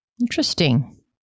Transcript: Interesting